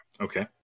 Okay